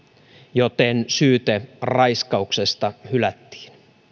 joten syyte raiskauksesta hylättiin